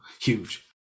huge